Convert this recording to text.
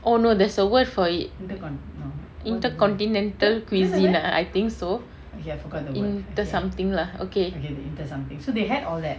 oh no there's a word for it intercontinental cuisine ah I think so inter~ something lah okay